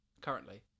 currently